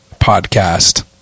podcast